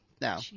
No